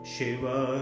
Shiva